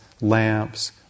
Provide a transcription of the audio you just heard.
lamps